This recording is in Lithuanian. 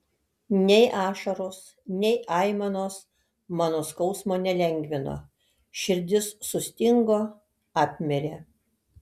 nei ašaros nei aimanos mano skausmo nelengvino širdis sustingo apmirė